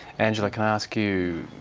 angela, can i ask you.